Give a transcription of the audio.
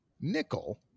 Nickel